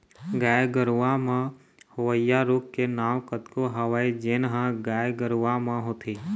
गाय गरूवा म होवइया रोग के नांव कतको हवय जेन ह गाय गरुवा म होथे